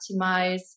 optimize